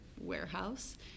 warehouse